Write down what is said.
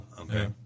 Okay